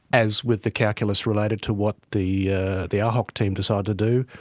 as with the calculus related to what the ah the ahok team decide to do,